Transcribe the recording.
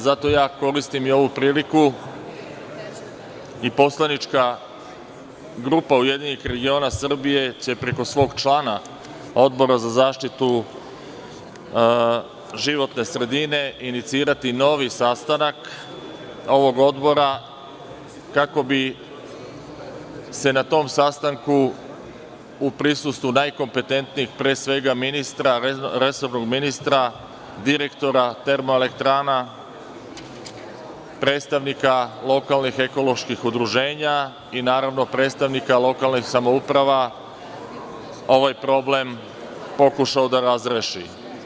Zato koristim ovu priliku i poslanička grupa Ujedinjenih regiona Srbije će preko svog člana Odbora za zaštitu životne sredine inicirati novi sastanak ovog odbora, kako bi se na tom sastanku u prisustvu najkompetentnijih, pre svega, resornog ministra, direktora termoelektrana, predstavnika lokalnih ekoloških udruženja i predstavnika lokalnih samouprava ovaj problem pokušao razrešiti.